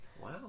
Wow